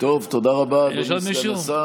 יש עוד מישהו?